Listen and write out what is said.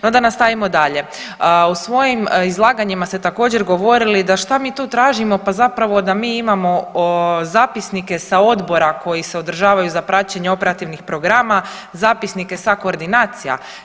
No da nastavimo dalje, u svojim izlaganjima ste također govorili da šta mi tu tražimo, pa zapravo da mi imamo zapisnike sa odbora koji se održavaju za praćenje operativnih programa, zapisnike sa koordinacija.